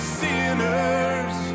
sinners